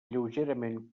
lleugerament